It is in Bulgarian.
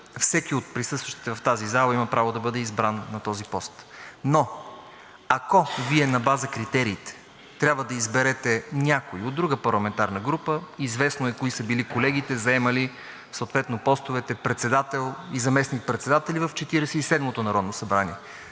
всеки от присъстващите в тази зала има право да бъде избран на този пост. Но ако Вие на база критериите трябва да изберете някой от друга парламентарна група – известно е кои са били колегите, заемали съответно постовете председател и заместник-председатели в Четиридесет